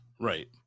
Right